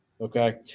okay